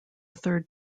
third